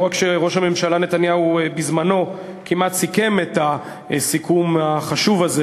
לא רק שראש הממשלה נתניהו בזמנו כמעט סיכם את הסיכום החשוב הזה,